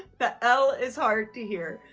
the l is hard to hear.